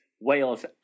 Wales